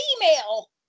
female